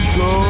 go